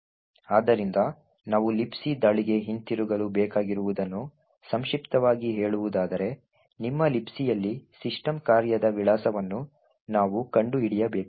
ಆದ್ದರಿಂದ ನಾವು Libc ದಾಳಿಗೆ ಹಿಂತಿರುಗಲು ಬೇಕಾಗಿರುವುದನ್ನು ಸಂಕ್ಷಿಪ್ತವಾಗಿ ಹೇಳುವುದಾದರೆ ನಿಮ್ಮ Libcಯಲ್ಲಿ ಸಿಸ್ಟಮ್ ಕಾರ್ಯದ ವಿಳಾಸವನ್ನು ನಾವು ಕಂಡುಹಿಡಿಯಬೇಕು